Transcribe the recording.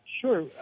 Sure